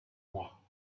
mois